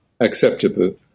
acceptable